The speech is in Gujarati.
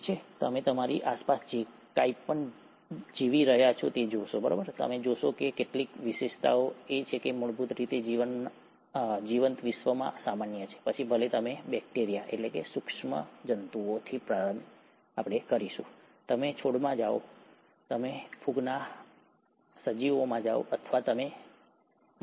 ઠીક છે તમે તમારી આસપાસ જે કંઈપણ જીવી રહ્યા છો તે જોશો તમે જોશો કે કેટલીક વિશેષતાઓ છે જે મૂળભૂત રીતે જીવંત વિશ્વમાં સામાન્ય છે પછી ભલે તમે બેક્ટેરિયાસૂક્ષ્મજંતુઓથી પ્રારંભ કરો તમે છોડમાં જાઓ તમે ફૂગના સજીવમાં જાઓ અથવા તમે જાઓ છો